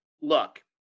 look